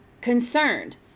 concerned